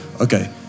Okay